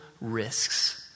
risks